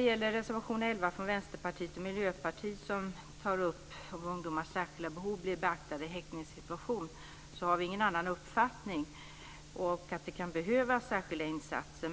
I reservation 11 tar Vänsterpartiet och Miljöpartiet upp frågan om att ungdomars särskilda behov blir beaktade vid en häktningssituation. Vi har ingen annan uppfattning om att det kan behövas särskilda insatser.